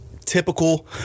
typical